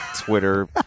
Twitter